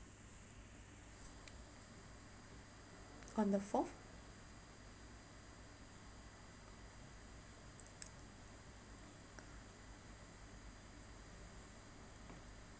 on the fourth